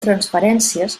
transferències